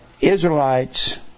Israelites